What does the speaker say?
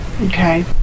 Okay